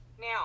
now